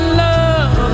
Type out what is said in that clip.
love